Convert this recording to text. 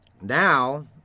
now